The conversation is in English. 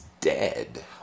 dead